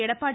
Edappadi